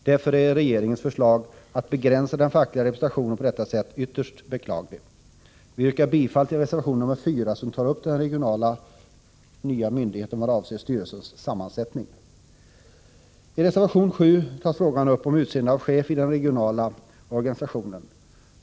Därför är regeringens förslag att man skall begränsa den fackliga representationen på detta sätt ytterst beklaglig. Vi yrkar bifall till reservation nr 4, där styrelsens sammansättning i den nya regionala myndigheten tas upp. I reservation 7 tas frågan om utnämnande av chef i den regionala organisationen upp.